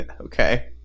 Okay